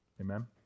Amen